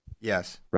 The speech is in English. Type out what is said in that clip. Yes